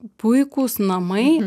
puikūs namai